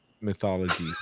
mythology